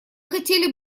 хотели